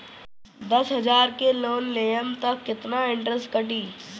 दस हजार के लोन लेहम त कितना इनट्रेस कटी?